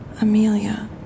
Amelia